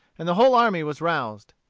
and the whole army was roused.